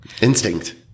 instinct